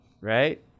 right